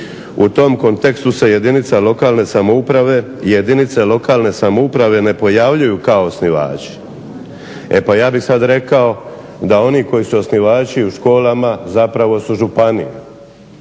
U tom kontekstu se jedinica lokalne samouprave i jedinice lokalne samouprave ne pojavljuju kao osnivači. E pa ja bih sada rekao da oni koji su osnivači u školama zapravo su županije.